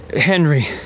Henry